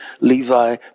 Levi